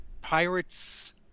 pirates